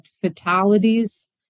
fatalities